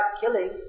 killing